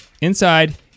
Inside